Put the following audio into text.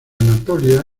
anatolia